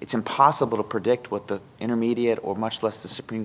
it's impossible to predict what the intermediate or much less the supreme